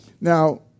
Now